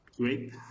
great